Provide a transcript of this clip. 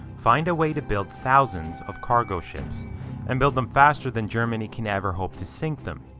find a way to build thousands of cargo ships and build them faster than germany can ever hope to sink them.